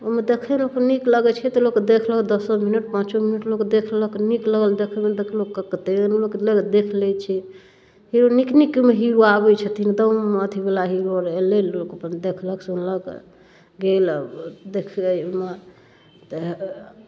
ओइमे देखैमे अपन नीक लगै छै तऽ लोक देखलक दसो मिनट पाँचो मिनट लोक देखलक नीक लगल देखैमे लोक देख लै छै हीरो नीक नीक ओइमे आबै छथिन तऽ ओइमे अथीवला हीरो एलै लोक अपन देखलक सुनलक गेल देखैमे तऽ